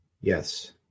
Yes